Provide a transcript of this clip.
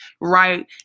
right